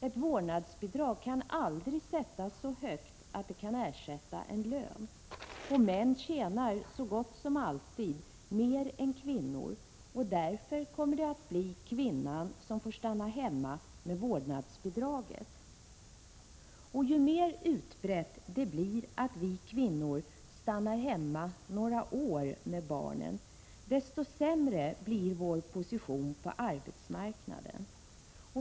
Ett vårdnadsbidrag kan aldrig sättas så högt att det kan ersätta en lön. Män tjänar så gott som alltid mer än kvinnor, och därför kommer det att bli kvinnan som får stanna hemma med vårdnadsbidraget. Och ju mer utbrett det blir att vi kvinnor stannar hemma några år med barnen, desto sämre blir vår position på arbetsmarknaden.